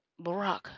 Barack